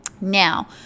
now